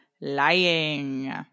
lying